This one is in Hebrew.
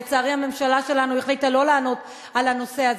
לצערי, הממשלה שלנו החליטה לא לענות על הנושא הזה.